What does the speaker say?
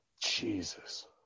Jesus